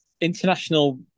international